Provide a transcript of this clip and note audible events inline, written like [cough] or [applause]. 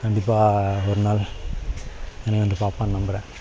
கண்டிப்பாக ஒரு நாள் [unintelligible] பார்ப்பேன்னு நம்புறேன்